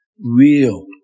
real